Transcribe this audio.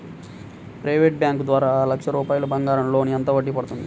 Private bank ద్వారా లక్ష రూపాయలు బంగారం లోన్ ఎంత వడ్డీ పడుతుంది?